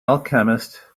alchemist